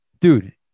dude